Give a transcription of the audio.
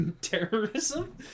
Terrorism